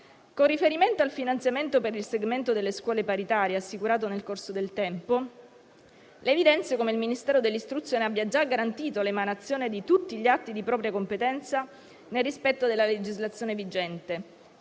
Con riferimento al finanziamento per il segmento delle scuole paritarie assicurato nel corso del tempo, le evidenzio come il Ministero dell'istruzione abbia già garantito l'emanazione di tutti gli atti di propria competenza nel rispetto della legislazione vigente.